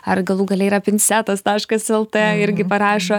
ar galų gale yra pincetas taškas lt irgi parašo